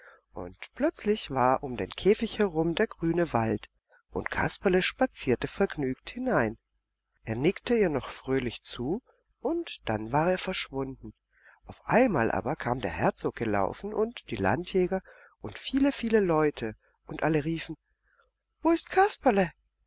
und plötzlich war um den käfig herum der grüne wald und kasperle spazierte vergnügt hinein er nickte ihr noch fröhlich zu und dann war er verschwunden auf einmal aber kam der herzog gelaufen und die landjäger und viele viele leute und alle riefen wo ist kasperle